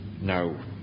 No